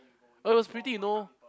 but it was pretty you know